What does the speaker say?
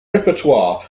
repertory